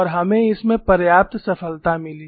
और हमें इसमें पर्याप्त सफलता मिली